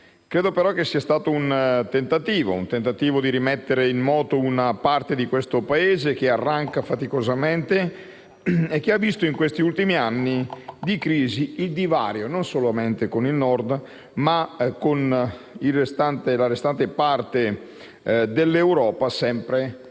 Credo, però, che sia stato un tentativo di rimettere in moto una parte di questo Paese che arranca faticosamente e che ha visto in questi ultimi anni di crisi il divario, non solamente con il Nord ma con la restante parte dell'Europa, aumentare